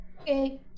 Okay